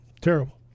terrible